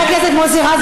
חבר הכנסת מוסי רז,